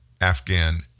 Afghan